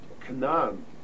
Canaan